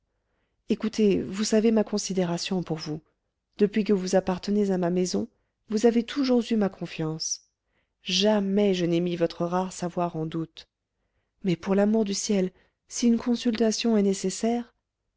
écoutez vous savez ma considération pour vous depuis que vous appartenez à ma maison vous avez toujours eu ma confiance jamais je n'ai mis votre rare savoir en doute mais pour l'amour du ciel si une consultation est nécessaire